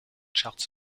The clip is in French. charts